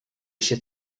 się